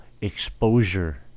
exposure